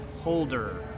holder